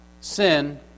sin